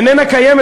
איננה קיימת.